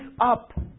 up